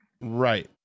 Right